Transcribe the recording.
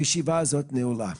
תודה לכולם, הישיבה נעולה.